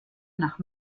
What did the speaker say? nach